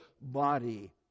body